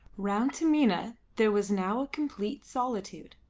round taminah there was now a complete solitude.